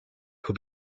who